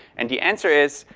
and the answer is,